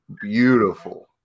beautiful